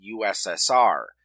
USSR